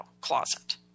closet